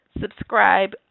subscribe